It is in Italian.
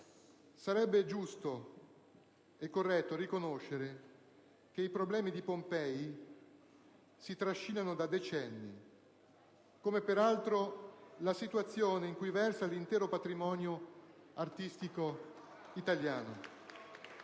sarebbe giusto e corretto riconoscere che i problemi di Pompei si trascinano da decenni, come peraltro la situazione in cui versa l'intero patrimonio artistico italiano,